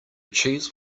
cheese